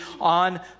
on